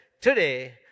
Today